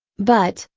but,